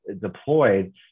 deployed